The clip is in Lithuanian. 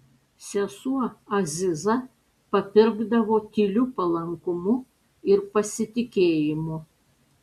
sesuo aziza papirkdavo tyliu palankumu ir pasitikėjimu